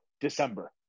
December